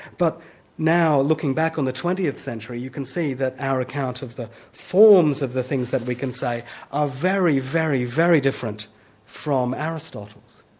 but now looking back on the twentieth century you can see that our account of the forms of the things that we can say are very, very, very different from aristotle's.